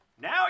Now